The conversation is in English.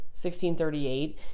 1638